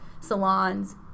salons